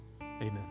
amen